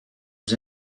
his